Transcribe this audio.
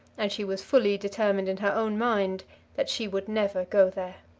and she was fully determined in her own mind that she would never go there.